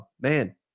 man